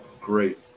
great